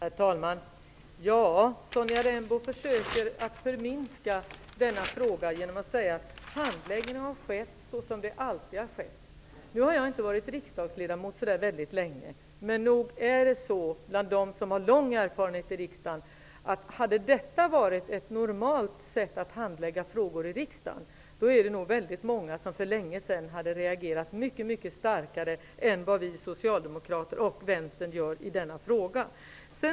Herr talman! Sonja Rembo försöker förminska denna fråga genom att säga att handläggning har skett såsom den alltid har skett. Jag har inte varit riksdagsledamot så länge. Om detta hade varit ett normalt sätt att handlägga frågor tror jag dock att många av dem som har lång erfarenhet i riksdagen redan för länge sedan skulle ha reagerat mycket starkare än vad Socialdemokraterna och Vänsterpartiet nu gör när det gäller denna fråga.